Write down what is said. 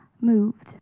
moved